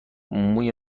موی